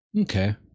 Okay